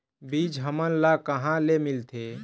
बीज हमन ला कहां ले मिलथे?